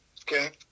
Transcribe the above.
Okay